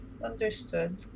Understood